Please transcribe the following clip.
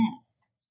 Yes